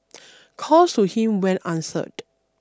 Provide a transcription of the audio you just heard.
calls to him went answered